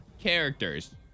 characters